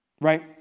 right